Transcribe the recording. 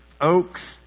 oaks